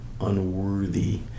unworthy